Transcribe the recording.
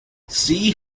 see